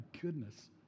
goodness